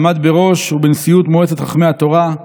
עמד בראש ובנשיאות מועצת חכמי תורה.